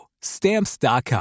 Stamps.com